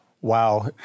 Wow